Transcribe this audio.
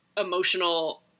emotional